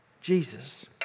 Jesus